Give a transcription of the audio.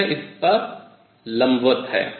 वह इस पर लंबवत है